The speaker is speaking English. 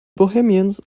bohemians